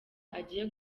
agiye